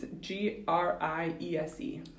G-R-I-E-S-E